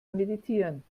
meditieren